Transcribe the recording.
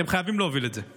אתם חייבים להוביל את זה.